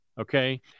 Okay